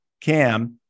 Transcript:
Cam